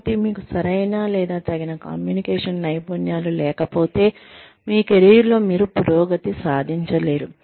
కాబట్టి మీకు సరైన లేదా తగిన కమ్యూనికేషన్ నైపుణ్యాలు లేకపోతే మీ కెరీర్లో మీరు పురోగతి సాధించలేరు